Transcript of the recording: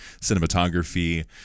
cinematography